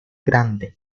grande